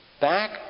back